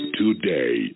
today